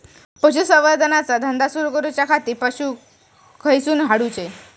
पशुसंवर्धन चा धंदा सुरू करूच्या खाती पशू खईसून हाडूचे?